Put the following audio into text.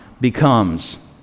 becomes